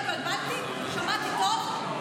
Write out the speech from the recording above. שמעתי טוב,